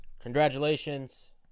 congratulations